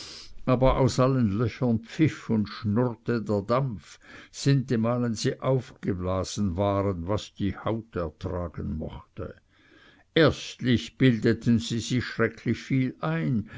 aber aus allen löchern pfiff und schurrte der dampf sintemalen sie aufgeblasen waren was die haut ertragen mochte erstlich bildeten sie sich schrecklich viel ein